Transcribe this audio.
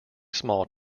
small